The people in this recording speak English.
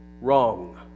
wrong